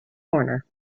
horner